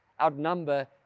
outnumber